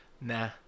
nah